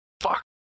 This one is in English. fuck